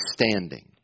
standing